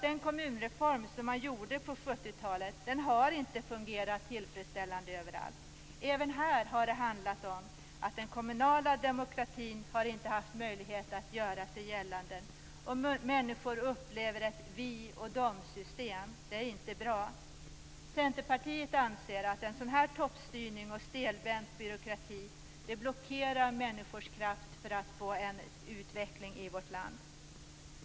Den kommunreform som man genomförde på 70 talet har inte fungerat tillfredsställande överallt. Även här har det handlat om att den kommunala demokratin inte har haft möjlighet att göra sig gällande. Människor upplever ett vi-och-de-system. Det är inte bra. Centerpartiet anser att en sådan här toppstyrning och stelbent byråkrati blockerar människors kraft för att få en utveckling i vårt land.